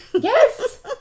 yes